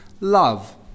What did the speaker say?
love